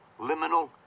liminal